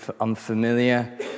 unfamiliar